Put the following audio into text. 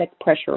pressure